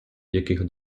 яких